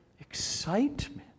excitement